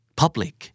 public